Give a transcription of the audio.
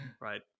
Right